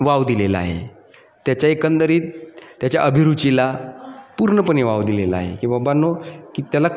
wow दिलेला आहे त्याच्या एकंदरीत त्याच्या अभिरुचीला पूर्णपणे वाव दिलेला आहे की बाबांनो की त्याला